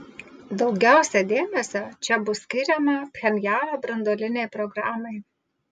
daugiausiai dėmesio čia bus skiriama pchenjano branduolinei programai